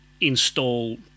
install